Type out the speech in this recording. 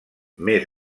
més